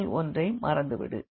முதல் ஒன்றை மறந்து விடு